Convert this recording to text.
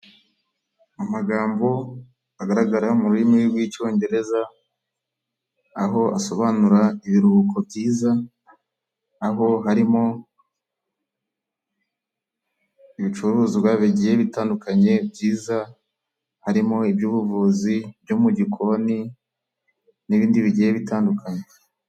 Amagambo agaragara mu rurimi rw'icyongereza aho asobanura ibiruhuko byiza aho harimo ibicuruzwa bigiye bitandukanye byiza, harimo iby'ubuvuzi, ibyo mu gikoni n'ibindi bigiye bitandukanye.